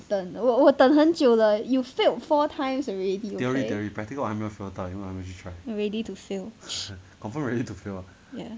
等我我等很久了 you failed four times already leh ready to fail ya